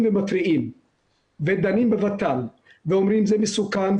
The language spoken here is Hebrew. ומפריעים ודנים בוות"ל ואומרים שזה מסוכן,